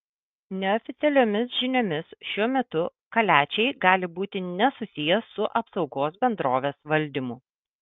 neoficialiomis žiniomis šiuo metu kaliačiai gali būti nesusiję su apsaugos bendrovės valdymu